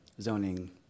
zoning